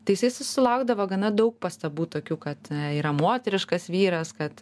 tai jisai susilaukdavo gana daug pastabų tokių kad yra moteriškas vyras kad